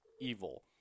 evil